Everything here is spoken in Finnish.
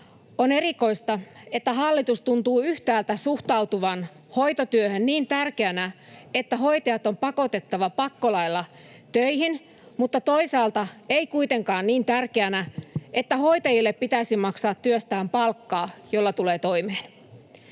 On erikoista, että hallitus tuntuu yhtäältä suhtautuvan hoitotyöhön niin tärkeänä, että hoitajat on pakotettava pakkolailla töihin, mutta toisaalta ei kuitenkaan niin tärkeänä, että hoitajille pitäisi maksaa työstään palkkaa, jolla tulee toimeen.